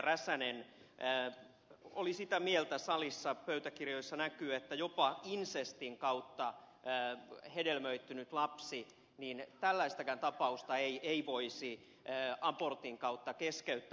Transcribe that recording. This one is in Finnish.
räsänen oli sitä mieltä salissa pöytäkirjoissa näkyy että jopa insestin kautta hedelmöittynyttä lastakaan tällaistakaan tapausta ei voisi abortin kautta keskeyttää